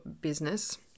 business